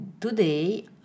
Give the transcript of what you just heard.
today